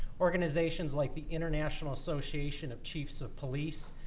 organizations like the international association of chiefs of police,